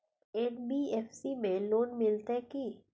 NBFC में loan मिलते की?